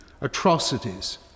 atrocities